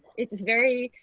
it's very,